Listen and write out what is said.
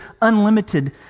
unlimited